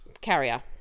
Carrier